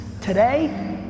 Today